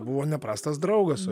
buvo neprastas draugas